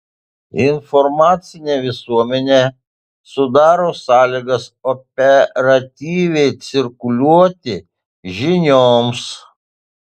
informacinė visuomenė sudaro sąlygas operatyviai cirkuliuoti žinioms